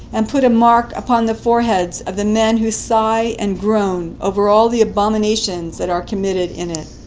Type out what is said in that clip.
and put a mark upon the foreheads of the men who sigh and groan over all the abominations that are committed in it.